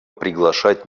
приглашать